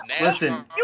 listen